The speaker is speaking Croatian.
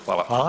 Hvala.